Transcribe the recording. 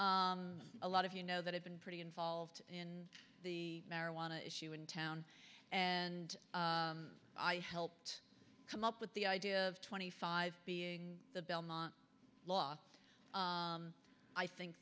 a lot of you know that have been pretty involved in the marijuana issue in town and i helped come up with the idea of twenty five being the belmont law i think